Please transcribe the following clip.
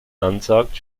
ansagt